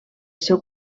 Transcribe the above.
seu